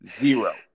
Zero